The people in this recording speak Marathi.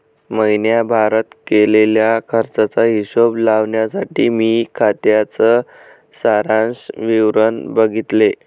महीण्याभारत केलेल्या खर्चाचा हिशोब लावण्यासाठी मी खात्याच सारांश विवरण बघितले